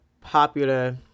popular